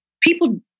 people